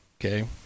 okay